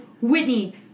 Whitney